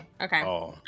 Okay